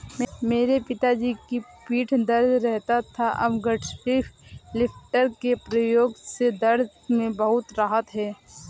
मेरे पिताजी की पीठ दर्द रहता था अब गठरी लिफ्टर के प्रयोग से दर्द में बहुत राहत हैं